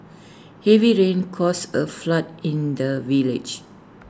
heavy rains caused A flood in the village